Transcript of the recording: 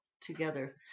together